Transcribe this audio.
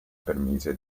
permise